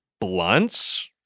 Blunts